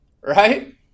right